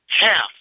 half